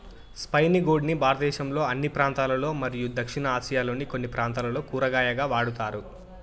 spiny gourd ని భారతదేశంలోని అన్ని ప్రాంతాలలో మరియు దక్షిణ ఆసియాలోని కొన్ని ప్రాంతాలలో కూరగాయగా వాడుతారు